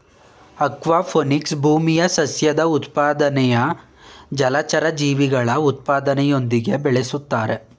aquaponics ಭೂಮಿಯ ಸಸ್ಯದ್ ಉತ್ಪಾದನೆನಾ ಜಲಚರ ಜೀವಿಗಳ ಉತ್ಪಾದನೆಯೊಂದಿಗೆ ಬೆಳುಸ್ತಾರೆ